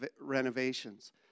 renovations